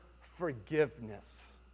forgiveness